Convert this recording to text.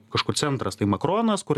kažkur centras tai makronas kur